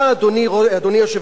אדוני היושב-ראש,